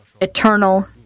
eternal